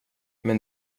men